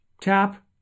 tap